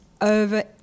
over